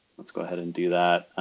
let's go ahead and do that.